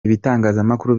ibitangazamakuru